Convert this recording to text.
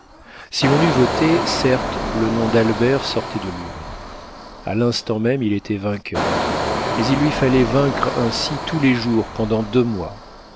si l'on eût voté certes le nom d'albert sortait de l'urne a l'instant même il était vainqueur mais il lui fallait vaincre ainsi tous les jours pendant deux mois